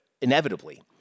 inevitably